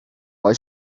why